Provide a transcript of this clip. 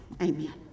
Amen